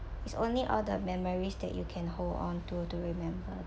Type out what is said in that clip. it's only all the memories that you can hold onto to remember